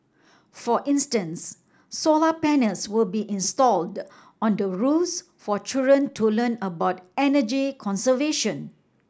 for instance solar panels will be installed on the roofs for children to learn about energy conservation